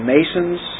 Masons